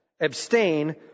Abstain